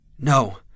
No